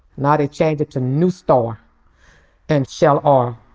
now they change it to new star and shell um